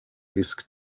disk